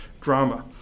drama